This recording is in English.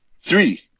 Three